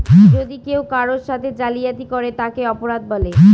যদি কেউ কারোর সাথে জালিয়াতি করে তাকে অপরাধ বলে